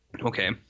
okay